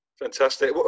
Fantastic